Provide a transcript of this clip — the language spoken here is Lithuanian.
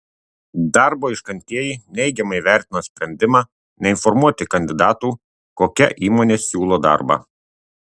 darbo ieškantieji neigiamai vertina sprendimą neinformuoti kandidatų kokia įmonė siūlo darbą